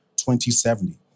2070